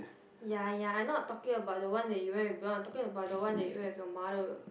ya ya I not talking about the one you went with blonde I talking about the one you went with your mother